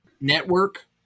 Network